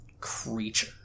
creature